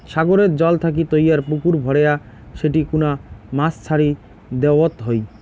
সাগরের জল থাকি তৈয়ার পুকুর ভরেয়া সেটি কুনা মাছ ছাড়ি দ্যাওয়ৎ হই